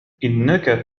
إنك